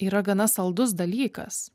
yra gana saldus dalykas